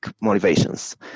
motivations